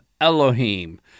Elohim